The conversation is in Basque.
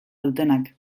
dutenak